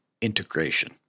integration